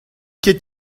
ket